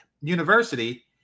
university